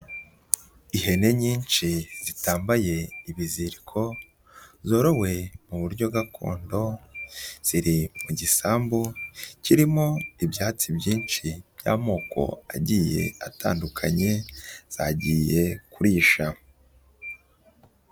Ihene nyinshi zitambaye ibiziriko zorowe mu buryo gakondo ziri mu gisambu kirimo ibyatsi byinshi by'amoko agiye atandukanye zagiye kurisha.